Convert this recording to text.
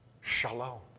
Shalom